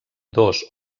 dos